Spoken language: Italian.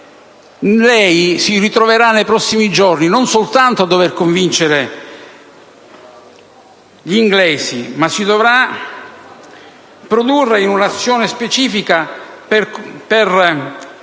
si ritroverà nei prossimi giorni, non soltanto a dover convincere gli inglesi, ma dovrà prodursi in un'azione specifica per